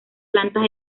plantas